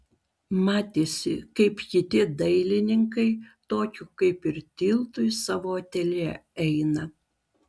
matėsi kaip kiti dailininkai tokiu kaip ir tiltu į savo ateljė eina